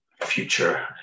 future